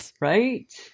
Right